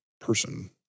person